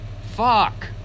Fuck